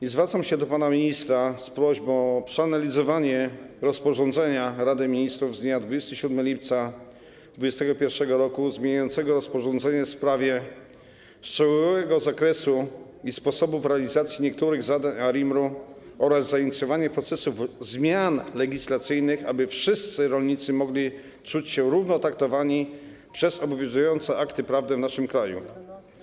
I zwracam się do pana ministra z prośbą o przeanalizowanie rozporządzenia Rady Ministrów z dnia 27 lipca 2021 r. zmieniającego rozporządzenie w sprawie szczegółowego zakresu i sposobów realizacji niektórych zadań ARiMR-u oraz zainicjowanie procesów zmian legislacyjnych, aby wszyscy rolnicy mogli czuć się równo traktowani przez obowiązujące akty prawne w naszym kraju.